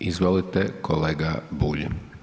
Izvolite kolega Bulj.